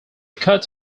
cut